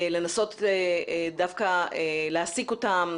לנסות להעסיק אותם,